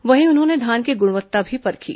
वहीं उन्होंने धान की गुणवत्ता भी परखी